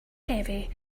heavy